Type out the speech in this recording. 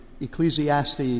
Ecclesiastes